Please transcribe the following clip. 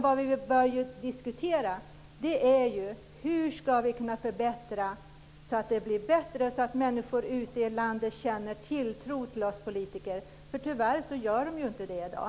Vad vi bör diskutera är hur vi ska kunna förbättra, så att människor ute i landet känner tilltro till oss politiker. Tyvärr gör de inte det i dag.